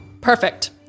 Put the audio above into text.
perfect